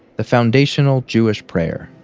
the foundational jewish prayer.